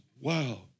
Wow